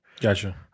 Gotcha